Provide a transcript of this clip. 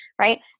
Right